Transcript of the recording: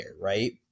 right